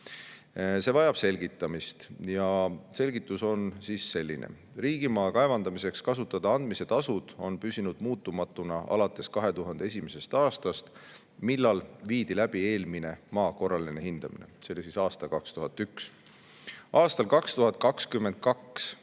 See vajab selgitamist ja selgitus on selline. Riigimaa kaevandamiseks kasutada andmise tasud on püsinud muutumatuna alates 2001. aastast, millal viidi läbi eelmine maa korraline hindamine. See oli aastal 2001. Aastal 2022